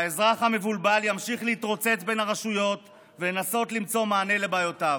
והאזרח המבולבל ימשיך להתרוצץ בין הרשויות ולנסות למצוא מענה לבעיותיו.